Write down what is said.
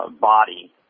body